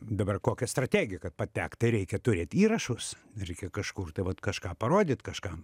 dabar kokia strategija kad patekt tai reikia turėt įrašus reikia kažkur tai vat kažką parodyt kažkam